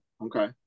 Okay